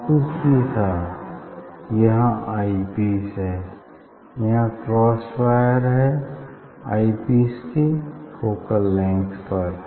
वहाँ कुछ भी था यहाँ आई पीस है यहाँ क्रॉस वायर है आई पीस के फोकल लेंथ पर